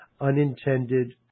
unintended